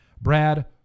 Brad